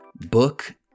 Book